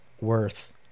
worth